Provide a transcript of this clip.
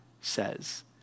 says